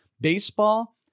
Baseball